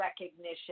recognition